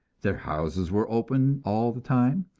their houses were open all the time,